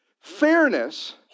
Fairness